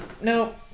no